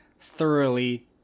thoroughly